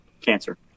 cancer